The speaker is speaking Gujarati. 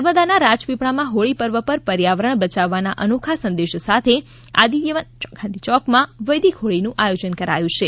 નર્મદાના રાજપીપળામાં હોળી પર્વ પર પર્યાવરણ બચાવવાના અનોખા સંદેશ સાથે આદિત્યવન ગાંધીચોકમાં વૈદીક હોળીનું આયોજન કરાયું છે